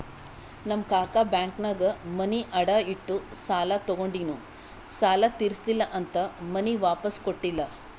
ನಮ್ ಕಾಕಾ ಬ್ಯಾಂಕ್ನಾಗ್ ಮನಿ ಅಡಾ ಇಟ್ಟು ಸಾಲ ತಗೊಂಡಿನು ಸಾಲಾ ತಿರ್ಸಿಲ್ಲಾ ಅಂತ್ ಮನಿ ವಾಪಿಸ್ ಕೊಟ್ಟಿಲ್ಲ